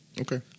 Okay